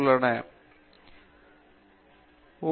பேராசிரியர் பிரதாப் ஹரிதாஸ் சரி